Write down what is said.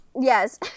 Yes